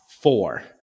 four